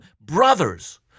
brothers